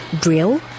drill